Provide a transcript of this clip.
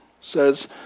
says